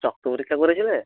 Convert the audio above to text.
রক্ত পরীক্ষা করেছিলে